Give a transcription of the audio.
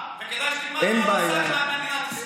וכדאי שתלמד מה הוא עשה,